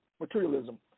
materialism